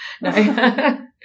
No